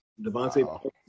Devontae